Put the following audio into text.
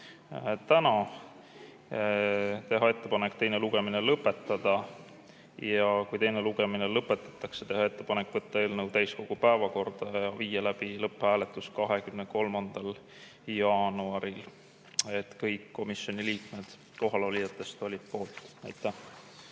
ja teha ettepanek teine lugemine lõpetada. Kui teine lugemine lõpetatakse, teha ettepanek võtta eelnõu täiskogu päevakorda ja viia läbi lõpphääletus 23. jaanuaril. Kõik kohal olnud komisjoni liikmed olid poolt. Aitäh!